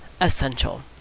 essential